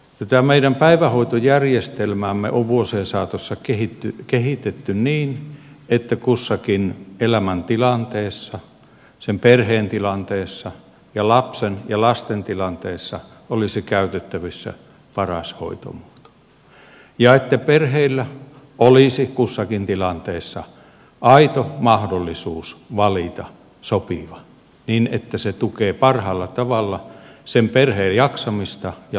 tätä meidän päivähoitojärjestelmäämme on vuosien saatossa kehitetty niin että kussakin elämäntilanteessa sen perheen tilanteessa ja lapsen ja lasten tilanteessa olisi käytettävissä paras hoitomuoto ja että perheillä olisi kussakin tilanteessa aito mahdollisuus valita sopiva niin että se tukee parhaalla tavalla sen perheen jaksamista ja lasten parasta